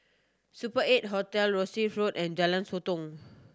Super Eight Hotel Rosyth Road and Jalan Sotong